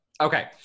Okay